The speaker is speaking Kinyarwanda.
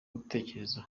gutekereza